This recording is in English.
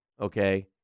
Okay